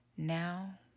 Now